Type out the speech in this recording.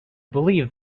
believe